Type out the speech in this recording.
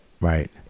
Right